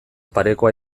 parekoa